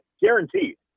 Guaranteed